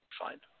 fine